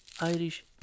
Irish